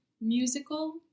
Musical